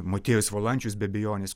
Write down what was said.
motiejus valančius be abejonės